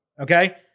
okay